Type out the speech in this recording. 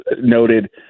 noted